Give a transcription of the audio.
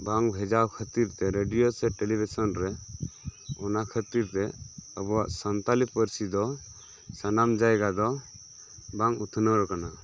ᱵᱟᱝ ᱵᱷᱮᱡᱟ ᱠᱷᱟᱛᱤᱨ ᱛᱮ ᱨᱮᱰᱤᱭᱳ ᱥᱮ ᱴᱮᱞᱤ ᱵᱷᱤᱥᱚᱱ ᱨᱮ ᱚᱱᱟ ᱠᱷᱟᱛᱤᱨ ᱛᱮ ᱟᱵᱚᱣᱟᱜ ᱥᱟᱱᱛᱟᱞᱤ ᱯᱟᱹᱨᱥᱤ ᱫᱚ ᱥᱟᱱᱟᱢ ᱡᱟᱭᱜᱟ ᱫᱚ ᱵᱟᱝ ᱩᱛᱱᱟᱹᱣ ᱟᱠᱟᱱᱟ